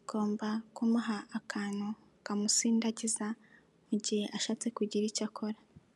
ugomba kumuha akantu kamusindagiza, mu gihe ashatse kugira icyo akora.